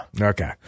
Okay